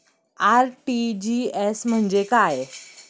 RTGS म्हणजे काय?